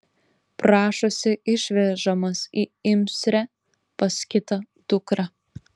prašosi išvežamas į imsrę pas kitą dukrą